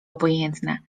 obojętne